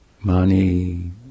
money